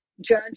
judge